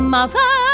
Mother